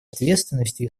ответственностью